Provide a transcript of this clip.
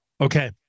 Okay